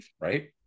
right